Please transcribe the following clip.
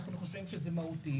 אנחנו חושבים שזה מהותי.